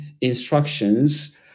instructions